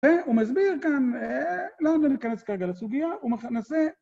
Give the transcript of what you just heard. והוא מסביר גם - לא ניכנס כרגע לסוגיה, הוא מנסה...